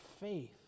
faith